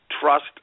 trust